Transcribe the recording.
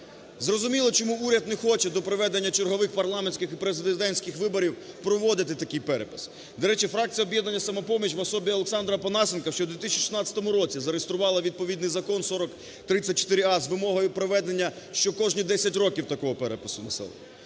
Зрозуміло, чому уряд не хоче до проведення чергових парламентських і президентських виборів проводити такий перепис. До речі, фракція "Об'єднання "Самопоміч" в особі Олександра Опанасенка ще в 2016 році зареєструвала відповідний закон 4034а з вимогою проведення кожні 10 років такого перепису населення.